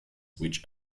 which